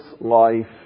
life